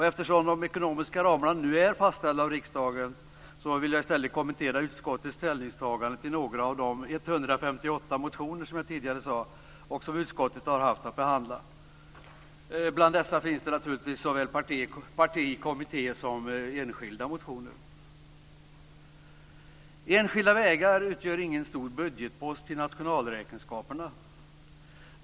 Eftersom de ekonomiska ramarna nu är fastställda av riksdagen vill jag i stället kommentera utskottets ställningstagande till några av de 158 motioner som utskottet haft att behandla. Bland dessa finns naturligtvis såväl parti som kommitté och enskilda motioner. Enskilda vägar utgör ingen stor budgetpost i nationalräkenskaperna.